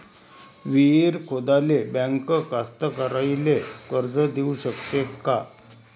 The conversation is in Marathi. विहीर खोदाले बँक कास्तकाराइले कर्ज देऊ शकते का?